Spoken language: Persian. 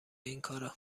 اینکارا